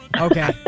Okay